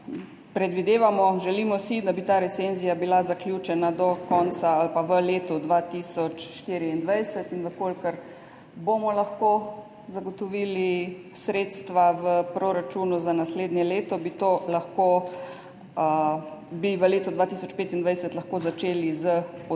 Predvidevamo, želimo si, da bi ta recenzija bila zaključena do konca ali pa v letu 2024. In če bomo lahko zagotovili sredstva v proračunu za naslednje leto, bi v letu 2025 lahko začeli z odkupi